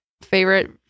favorite